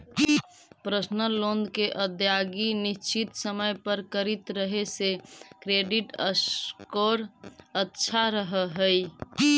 personal loan के अदायगी निश्चित समय पर करित रहे से क्रेडिट स्कोर अच्छा रहऽ हइ